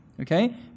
Okay